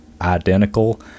identical